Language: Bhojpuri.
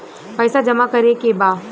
पैसा जमा करे के बा?